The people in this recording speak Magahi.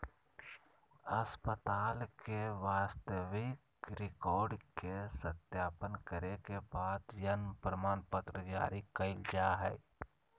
अस्पताल के वास्तविक रिकार्ड के सत्यापन करे के बाद जन्म प्रमाणपत्र जारी कइल जा हइ